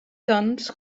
doncs